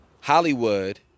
Hollywood